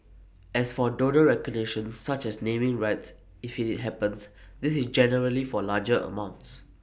as for donor recognition such as naming rights if IT happens this is generally for larger amounts